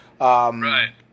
Right